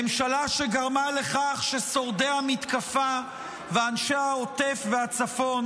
ממשלה שגרמה לכך ששורדי המתקפה ואנשי העוטף והצפון